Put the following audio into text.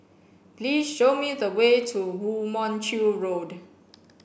please show me the way to Woo Mon Chew Road